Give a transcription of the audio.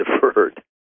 deferred